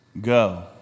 go